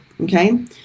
okay